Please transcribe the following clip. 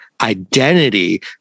identity